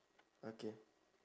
okay